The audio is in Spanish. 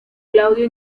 claudio